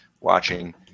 watching